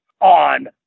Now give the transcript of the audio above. on